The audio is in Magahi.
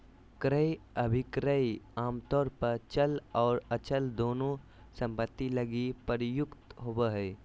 क्रय अभिक्रय आमतौर पर चल आर अचल दोनों सम्पत्ति लगी प्रयुक्त होबो हय